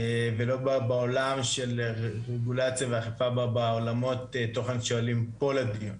ולא בעולם של רגולציה ואכיפה בעולמות תוכן שעולים פה לדיון.